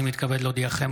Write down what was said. אני מתכבד להודיעכם,